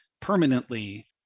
permanently